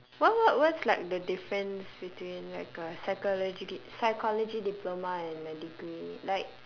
what what what's like the difference between like a psychology de~ psychology diploma and a degree like